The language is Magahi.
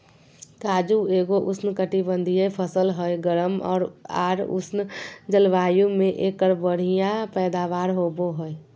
काजू एगो उष्णकटिबंधीय फसल हय, गर्म आर उष्ण जलवायु मे एकर बढ़िया पैदावार होबो हय